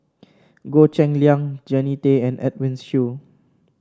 Goh Cheng Liang Jannie Tay and Edwin Siew